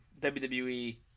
WWE